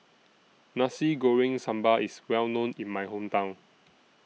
Nasi Goreng Sambal IS Well known in My Hometown